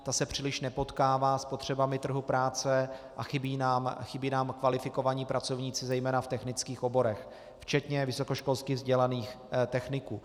Ta se příliš nepotkává s potřebami trhu práce a chybí nám kvalifikovaní pracovníci zejména v technických oborech, včetně vysokoškolsky vzdělaných techniků.